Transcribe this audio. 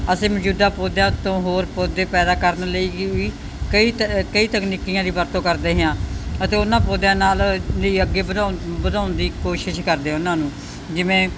ਅਸੀਂ ਮੌਜੂਦਾ ਪੌਦਿਆਂ ਤੋਂ ਹੋਰ ਪੌਦੇ ਪੈਦਾ ਕਰਨ ਲਈ ਵੀ ਕਈ ਤ ਕਈ ਤਕਨੀਕਾਂ ਦੀ ਵਰਤੋਂ ਕਰਦੇ ਹਾਂ ਅਤੇ ਉਹਨਾਂ ਪੌਦਿਆਂ ਨਾਲ ਲਈ ਅੱਗੇ ਵਧਾਉਣ ਵਧਾਉਣ ਦੀ ਕੋਸ਼ਿਸ਼ ਕਰਦੇ ਉਹਨਾਂ ਨੂੰ ਜਿਵੇਂ